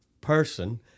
person